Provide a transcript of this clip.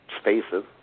spaces